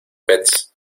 pets